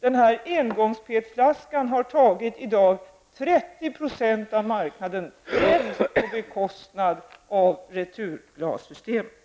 Engångs-PET-flaskan har i dag 30 % av marknaden, på bekostnad av returglassystemet.